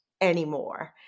anymore